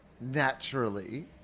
naturally